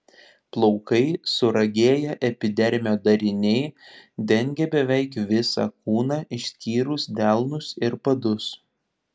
plaukai suragėję epidermio dariniai dengia beveik visą kūną išskyrus delnus ir padus